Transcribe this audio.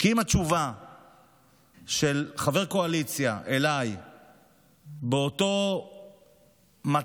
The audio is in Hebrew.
כי אם התשובה של חבר קואליציה אליי באותו מצב,